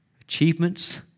achievements